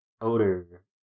odor